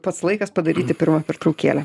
pats laikas padaryti pirmą pertraukėlę